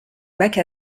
bac